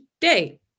day